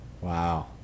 wow